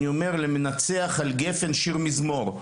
אני אומר למנצח על הגפ"ן שיר מזמור.